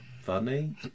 funny